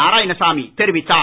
நாராயணசாமி தெரிவித்தார்